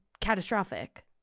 catastrophic